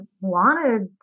wanted